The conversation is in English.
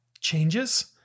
changes